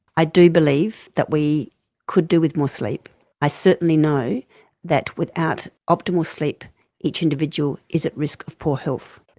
i do believe that we could do with more sleep i certainly know that without optimal sleep each individual is at risk of poor health.